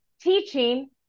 teaching